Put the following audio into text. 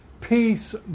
peace